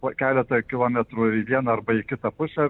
po keletą kilometrų į vieną arba į kitą pusę